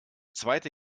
zweite